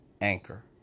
Anchor